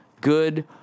good